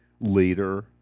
Later